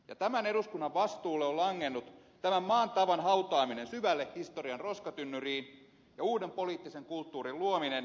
ja tämän eduskunnan vastuulle on langennut tämän maan tavan hautaaminen syvälle historian roskatynnyriin ja uuden poliittisen kulttuurin luominen